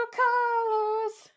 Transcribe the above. colors